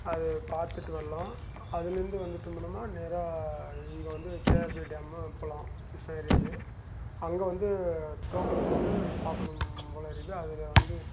அது பார்த்துட்டு வரலாம் அதுலேந்து வந்து திரும்புனம்மா நேராக இங்கே வந்து கேஆர்பி டேம்னு போகலாம் கிருஷ்ணகிரிது அங்கே வந்து டோக்கன் போட்டு பார்க்கணும் போல் இருக்குது அதில் வந்து